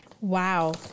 Wow